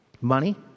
Money